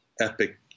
epic